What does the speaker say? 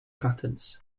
patents